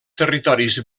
territoris